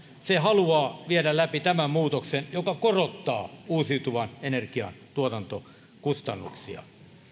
se haluaa viedä läpi tämän muutoksen joka korottaa uusiutuvan energian tuotantokustannuksia